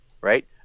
right